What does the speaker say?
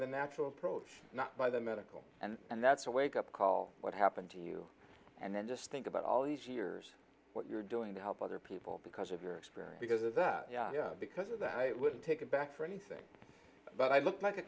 the natural approach not by the medical and that's a wake up call what happened to you and then just think about all these years what you're doing to help other people because of your experience because of that because of that i wouldn't take a back for anything but i looked like a